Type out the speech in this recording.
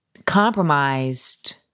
compromised